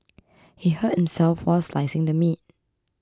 he hurt himself while slicing the meat